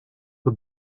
the